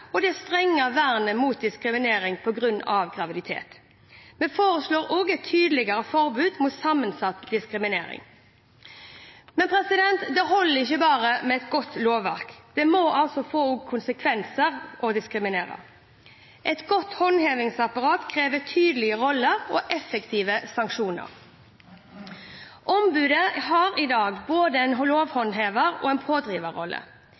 arbeidslivet og det strenge vernet mot diskriminering på grunn av graviditet. Vi foreslår også et tydeligere forbud mot sammensatt diskriminering. Det holder ikke bare med et godt lovverk. Det må få konsekvenser å diskriminere. Et godt håndhevingsapparat krever tydelige roller og effektive sanksjoner. Ombudet har i dag både en lovhåndheverrolle og en pådriverrolle.